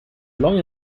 long